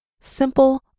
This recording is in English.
simple